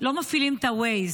לא מפעילים את ה-Waze,